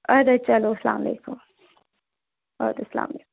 اَدٕ حظ چلو اسلام علیکُم اَدٕ حظ سلامُ علیکُم